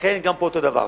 לכן, גם פה אותו דבר.